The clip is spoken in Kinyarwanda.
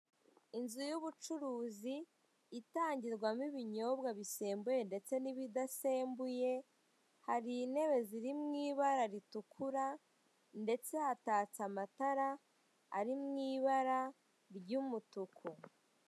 Inzu yuburuzi itangirwamo ibinyobwa bisembuye ndetse n'idasembuye hari intebe ziri mu ibara ritukura ndetse hatatse amatara ari mu ibara ry'umutuku.